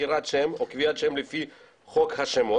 בחירת שם או קביעת שם לפי חוק השמות,